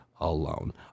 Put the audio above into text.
alone